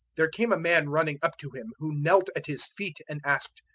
there came a man running up to him, who knelt at his feet and asked,